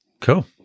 Cool